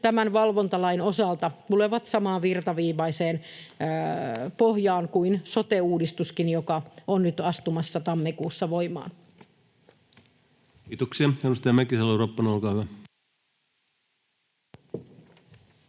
tämän valvontalain osalta tulevat samaan virtaviivaiseen pohjaan kuin sote-uudistuskin, joka on nyt tammikuussa astumassa voimaan. Kiitoksia. — Edustaja Mäkisalo-Ropponen, olkaa hyvä.